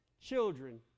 children